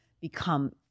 become